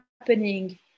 happening